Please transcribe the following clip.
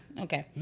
Okay